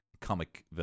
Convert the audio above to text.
comic